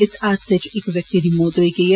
इस हादसे च इक व्यक्ति दी मौत होई गेई ऐ